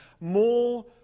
more